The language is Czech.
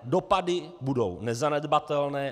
Dopady budou nezanedbatelné.